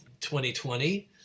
2020